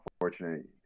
unfortunate